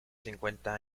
cincuenta